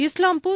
Islampur